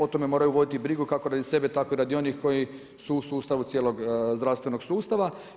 O tome moraju voditi brigu kako radi sebe, tako i radi onih koji su u sustavu cijelog zdravstvenog sustava.